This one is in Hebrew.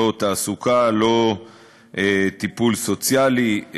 לא תעסוקה, לא טיפול סוציאלי.